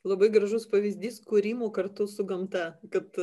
labai gražus pavyzdys kūrimo kartu su gamta kd